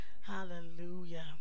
Hallelujah